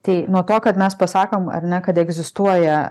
tai nuo to kad mes pasakom ar ne kad egzistuoja